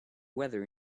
weather